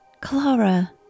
Clara